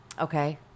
Okay